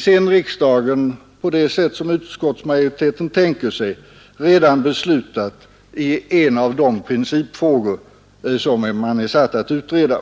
sedan riksdagen, på det sätt som utskottsmajoriteten tänker sig, redan beslutat i en av de principfrågor som utredningen är satt att utreda.